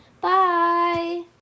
Bye